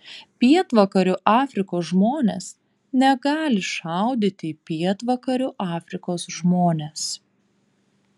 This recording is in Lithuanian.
pietvakarių afrikos žmonės negali šaudyti į pietvakarių afrikos žmones